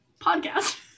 podcast